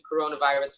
coronavirus